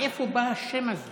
מאיפה בא השם הזה?